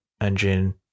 Engine